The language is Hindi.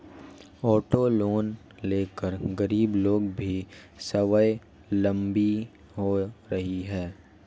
ऑटो लोन लेकर गरीब लोग भी स्वावलम्बी हो रहे हैं